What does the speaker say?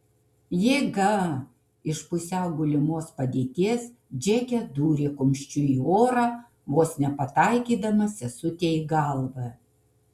jėga iš pusiau gulimos padėties džeke dūrė kumščiu į orą vos nepataikydama sesutei į galvą